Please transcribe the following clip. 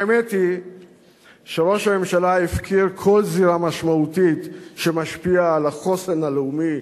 האמת היא שראש הממשלה הפקיר כל זירה משמעותית שמשפיעה על החוסן הלאומי,